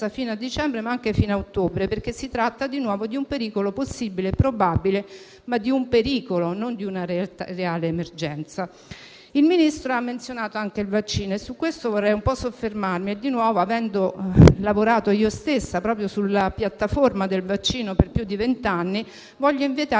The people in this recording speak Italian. fino a dicembre, ma anche ottobre, perché si tratta, di nuovo, di un pericolo possibile e probabile, ma - appunto - di un pericolo e non di una reale emergenza. Il Ministro ha menzionato anche il vaccino, su cui vorrei soffermarmi. Avendo lavorato proprio sulla piattaforma del vaccino per più di vent'anni, voglio invitarvi